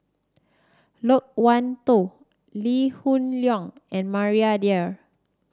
Loke Wan Tho Lee Hoon Leong and Maria Dyer